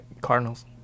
Cardinals